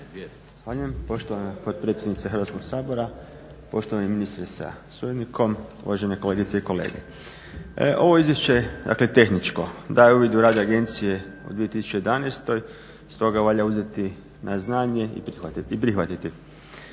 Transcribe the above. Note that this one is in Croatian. Zahvaljujem poštovana potpredsjednice Hrvatskog sabora. Poštovani ministre sa suradnikom, uvažene kolegice i kolege. Ovo je izvješće dakle tehničko. Daje uvid u rad agencije u 2011.stoga valja uzeti na znanje i prihvatiti.